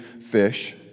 fish